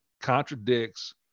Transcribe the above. contradicts